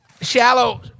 shallow